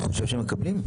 מי בעד קבלת ההסתייגות?